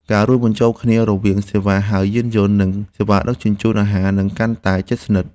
ការរួមបញ្ចូលគ្នារវាងសេវាហៅយានជំនិះ និងសេវាដឹកជញ្ជូនអាហារ នឹងកាន់តែជិតស្និទ្ធ។